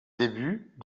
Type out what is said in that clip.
début